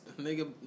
nigga